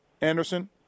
Anderson